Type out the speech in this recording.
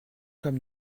comme